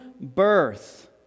birth